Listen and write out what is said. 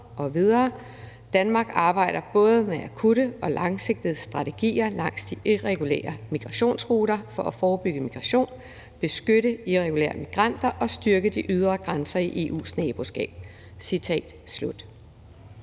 »Danmark arbejder med både akutte og langsigtede strategier langs de irregulære migrationsruter for at forebygge migration, beskytte irregulære migranter og styrke de ydre grænser i EU's naboskab.«